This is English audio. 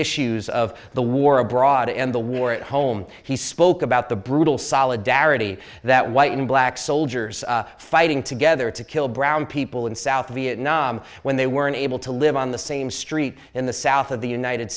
issues of the war abroad and the war at home he spoke about the brutal solidarity that white and black soldiers fighting together to kill brown people in south vietnam when they were unable to live on the same street in the south of the united